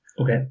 Okay